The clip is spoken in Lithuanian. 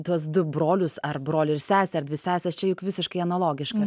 tuos du brolius ar brolį ir sesę ar dvi seses čia juk visiškai analogiška